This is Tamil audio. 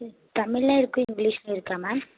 தமிழ்லையும் இருக்கு இங்கிலீஷ்லையும் இருக்கா மேம்